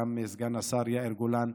וגם סגן השר יאיר גולן,